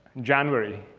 january.